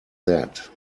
that